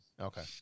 Okay